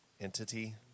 entity